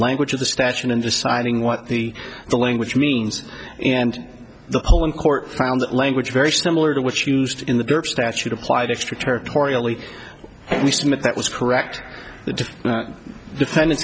language of the statute in deciding what the the language means and the whole in court found that language very similar to what used in the verb statute applied extraterritoriality and we submit that was correct the defendant